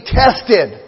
tested